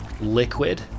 liquid